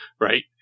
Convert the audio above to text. Right